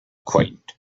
quaint